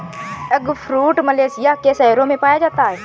eggfruit Malaysia के शहरों में पाया जाता है